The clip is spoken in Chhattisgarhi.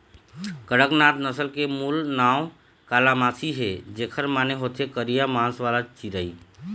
कड़कनाथ नसल के मूल नांव कालामासी हे, जेखर माने होथे करिया मांस वाला चिरई